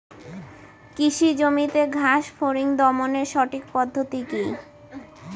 কৃষি জমিতে ঘাস ফরিঙ দমনের সঠিক পদ্ধতি কি?